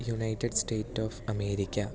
united state of America